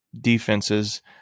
defenses